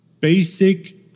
basic